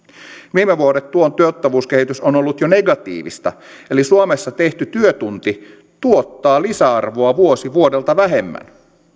viime vuodet työn tuottavuuskehitys on ollut jo negatiivista eli suomessa tehty työtunti tuottaa lisäarvoa vuosi vuodelta vähemmän